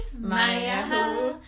Maya